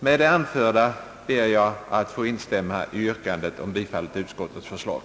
Med det anförda ber jag att få instämma i yrkandet om bifall till utskottets förslag.